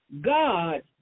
God